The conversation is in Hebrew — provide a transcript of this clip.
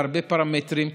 בהרבה פרמטרים.